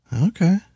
Okay